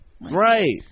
Right